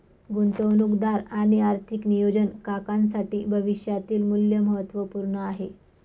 गुंतवणूकदार आणि आर्थिक नियोजन काकांसाठी भविष्यातील मूल्य महत्त्वपूर्ण आहे